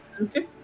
okay